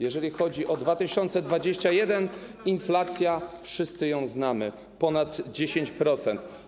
Jeżeli chodzi o 2021 r. - inflacja, wszyscy ją znamy, wynosi ponad 10%.